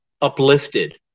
uplifted